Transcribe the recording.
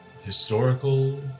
historical